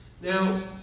Now